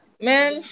man